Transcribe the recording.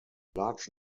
large